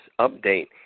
update